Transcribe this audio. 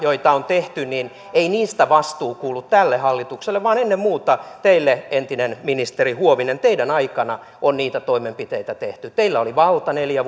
joita on tehty ei vastuu kuulu tälle hallitukselle vaan ennen muuta teille entinen ministeri huovinen teidän aikananne on niitä toimenpiteitä tehty teillä oli valta neljä